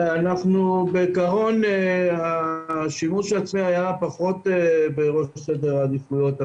בעיקרון השימוש העצמי היה פחות בראש סדר העדיפויות.